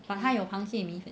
but 它有螃蟹米粉